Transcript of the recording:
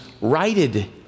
righted